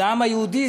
לעם היהודי,